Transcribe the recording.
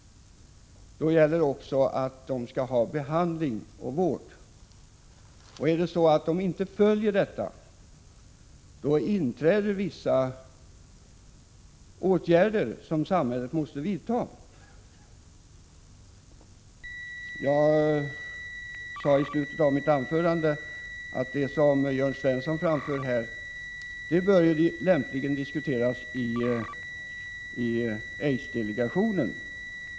Då gäller också att vederbörande skall ha behandling och vård. Om man inte följer vad som här gäller, då inträder vissa åtgärder som samhället måste vidta. Jag sade i slutet av mitt huvudanförande att det som Jörn Svensson framförde här lämpligen bör diskuteras i aidsdelegationen.